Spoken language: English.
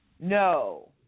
No